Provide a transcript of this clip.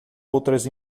outras